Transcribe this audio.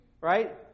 right